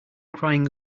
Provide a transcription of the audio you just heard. crying